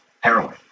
Heroin